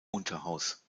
unterhaus